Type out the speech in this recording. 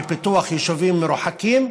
מפיתוח יישובים מרוחקים,